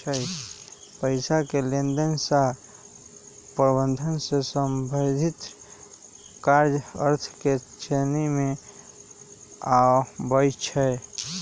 पइसा के लेनदेन आऽ प्रबंधन से संबंधित काज अर्थ के श्रेणी में आबइ छै